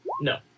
No